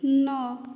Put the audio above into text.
ନଅ